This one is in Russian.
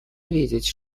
видеть